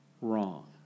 Wrong